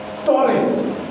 Stories